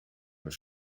mijn